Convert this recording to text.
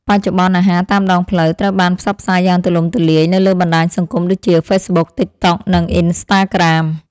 បច្ចុប្បន្នអាហារតាមដងផ្លូវត្រូវបានផ្សព្វផ្សាយយ៉ាងទូលំទូលាយនៅលើបណ្ដាញសង្គមដូចជា ហ្វេសប៊ុក ទិកតុក និងអ៊ីនស្តាក្រាម។